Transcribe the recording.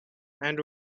and